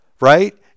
right